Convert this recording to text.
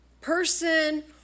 person